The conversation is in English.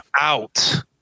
out